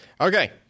Okay